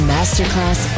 Masterclass